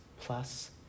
plus